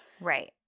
right